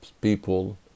people